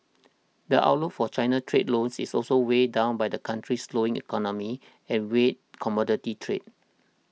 the outlook for China trade loans is also weighed down by the country's slowing economy and weak commodity trade